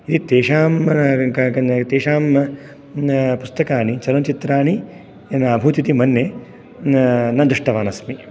इति तेषां तेषां पुस्तकानि चलनचित्राणि अभूत् इति मन्ये न न दृष्टवान् अस्मि